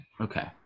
okay